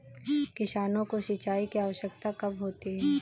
किसानों को सिंचाई की आवश्यकता कब होती है?